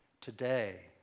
Today